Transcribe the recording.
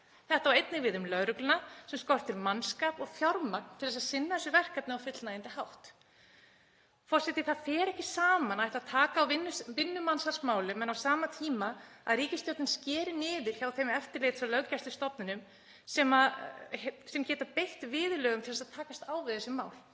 Þetta á einnig við um lögregluna sem skortir mannskap og fjármagn til að sinna þessu verkefni á fullnægjandi hátt. Forseti. Það fer ekki saman að ætla að taka á mansalsmálum en á sama tíma skeri ríkisstjórnin niður hjá þeim eftirlits- og löggæslustofnunum sem geta beitt viðurlögum til að takast á við þessi mál.